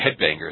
headbangers